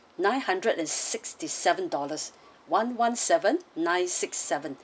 nine hundred and sixty-seven dollars one one seven nine six seven